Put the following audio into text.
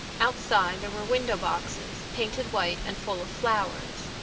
outside there were window boxes, painted white and full of flowers.